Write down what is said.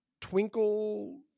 twinkle